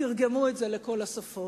תרגמו את זה לכל השפות,